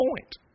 point